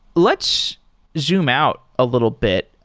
let's zoom out a little bit.